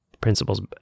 principles